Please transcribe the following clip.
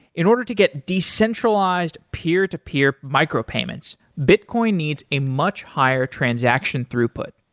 in order to get decentralized peer-to-peer micro-payments, bitcoin needs a much higher transaction throughput.